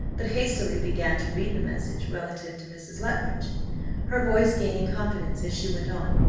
but hastily began to read the message relative to mrs. luttridge her voice gaining confidence as she went on,